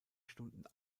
stunden